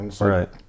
Right